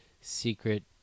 secret